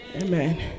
Amen